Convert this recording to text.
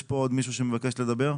יש פה עוד מישהו שמבקש לדבר?